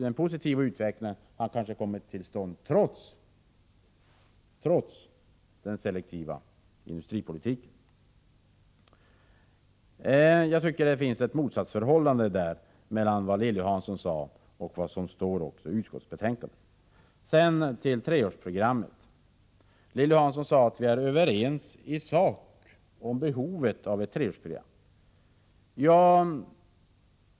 Den positiva utvecklingen har kanske kommit till stånd trots den selektiva industripolitiken! Jag tycker att det här finns ett motsatsförhållande mellan vad Lilly Hansson sade och vad som står i utskottsbetänkandet. Sedan till treårsprogrammet. Lilly Hansson sade att vi är överens i sak om behovet av ett treårsprogram.